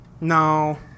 No